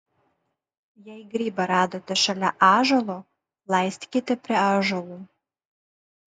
jei grybą radote šalia ąžuolo laistykite prie ąžuolų